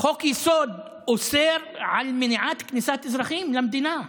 חוק-יסוד אוסר על מניעת כניסת אזרחים למדינה,